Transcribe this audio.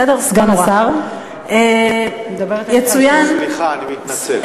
סגן השר, יצוין, סליחה, אני מתנצל.